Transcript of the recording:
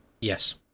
Yes